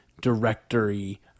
directory